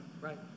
Right